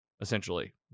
essentially